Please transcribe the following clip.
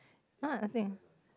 ah nothing